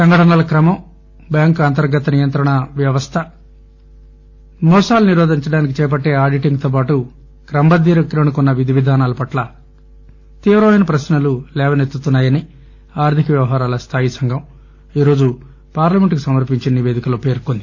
సంఘటనల క్రమం బ్యాంకు అంతర్గత నియంత్రణ సంస్థ మోసాల నిరోధానికి చేపట్టే ఆడిటింగ్ తో పాటు క్రమబద్దీకరణకు ఉన్న విధి విదానాల పట్ల తీవ్ర మైన ప్రశ్నలు లేవసెత్తుతున్నా యని ఆర్థిక వ్యవహారాల స్థాయి సంఘం ఈరోజు పార్లమెంట్ కు సమర్పించిన నిపేదికలో పేర్కొంది